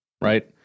right